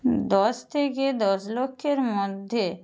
দশ থেকে দশ লক্ষের মধ্যে